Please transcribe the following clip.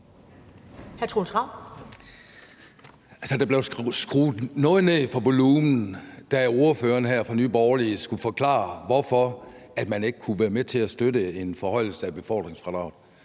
der blev skruet noget ned for volumen, da ordføreren for Nye Borgerlige her skulle forklare, hvorfor man ikke kunne være med til at støtte en forhøjelse af befordringsfradraget.